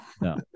no